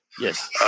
yes